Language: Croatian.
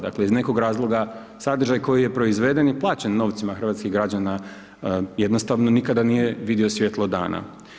Dakle, iz nekog razloga sadržaj koji je proizveden i plaćen novcima hrvatskih građana, jednostavno nikada nije vidio svijetlo dana.